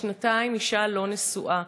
היא שנתיים אישה לא נשואה,